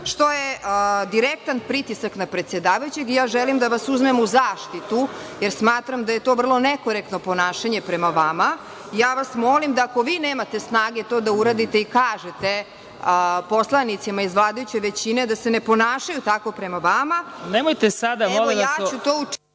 što je direktan pritisak na predsedavajućeg i ja želim da vas uzmem u zaštitu, jer smatram da je to vrlo nekorektno ponašanje prema vama. Ako vi nemate snage to da uradite i kažete poslanicima iz vladajuće većine, da se ne ponašaju tako prema vama, evi ja ću to učiniti.